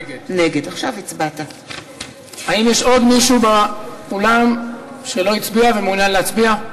נגד האם יש עוד מישהו באולם שלא הצביע ומעוניין להצביע?